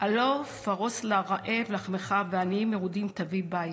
"הלוא פָרֹס לרעב לחמך ועניים מרודים תביא בית.